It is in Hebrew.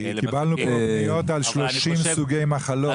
אנחנו קיבלנו פה פניות על 30 סוגי מחלות.